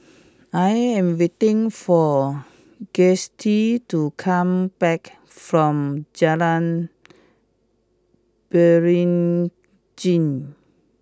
I am waiting for Gustie to come back from Jalan Beringin